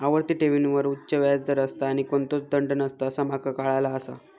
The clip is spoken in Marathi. आवर्ती ठेवींवर उच्च व्याज दर असता आणि कोणतोच दंड नसता असा माका काळाला आसा